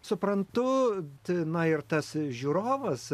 suprantu kad na ir tas žiūrovas